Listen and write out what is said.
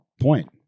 point